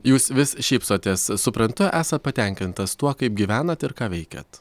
jūs vis šypsotės suprantu esat patenkintas tuo kaip gyvenat ir ką veikiat